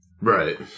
Right